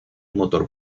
motor